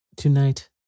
Tonight